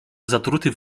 zatruty